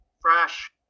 fresh